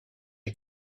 est